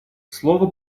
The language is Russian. слова